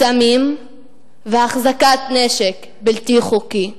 סמים והחזקת נשק בלתי חוקית.